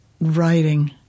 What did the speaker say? writing